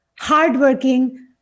hardworking